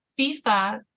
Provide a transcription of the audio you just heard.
FIFA